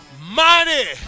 mighty